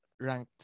ranked